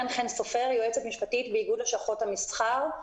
אני יועצת משפטית באיגוד לשכות המסחר.